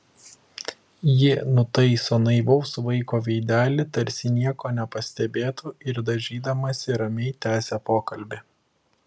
ji nutaiso naivaus vaiko veidelį tarsi nieko nepastebėtų ir dažydamasi ramiai tęsia pokalbį